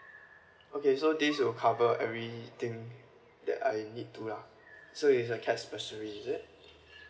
okay so this will cover everything that I need to lah so is like cash bursary is it